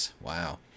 Wow